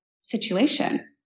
situation